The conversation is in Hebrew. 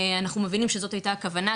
אנחנו מבינים שזאת הייתה הכוונה,